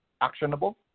actionable